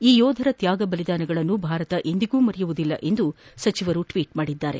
ಈ ಯೋಧರ ತ್ಯಾಗ ಬಲಿದಾನಗಳನ್ನು ದೇಶ ಎಂದಿಗೂ ಮರೆಯುವುದಿಲ್ಲ ಎಂದು ಅವರು ಟ್ವೀಟ್ ಮಾಡಿದ್ದಾರೆ